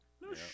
No